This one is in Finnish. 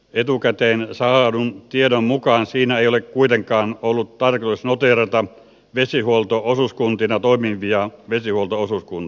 etukäteen saadun tiedon mukaan siinä ei ole kuitenkaan ollut tarkoitus noteerata vesihuoltolaitoksina toimivia vesihuolto osuuskuntia